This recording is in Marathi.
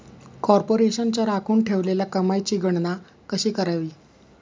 कॉर्पोरेशनच्या राखून ठेवलेल्या कमाईची गणना कशी करावी